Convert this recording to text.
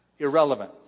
Irrelevant